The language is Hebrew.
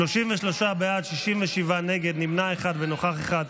33 בעד, 67 נגד, נמנע אחד ונוכח אחד.